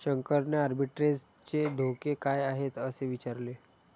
शंकरने आर्बिट्रेजचे धोके काय आहेत, असे विचारले